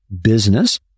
business